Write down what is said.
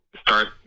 start